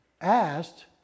asked